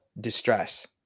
distress